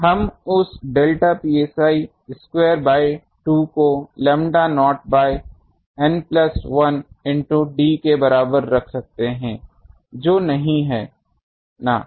इसलिए हम उस डेल्टा psi स्क्वायर बाय 2 को lambda naught by N plus 1 into d के बराबर रख सकते है जो नहीं है ना